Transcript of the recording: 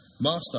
Master